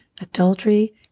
adultery